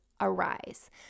arise